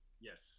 Yes